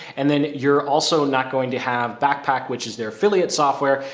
and then you're also not going to have backpack, which is their affiliate software,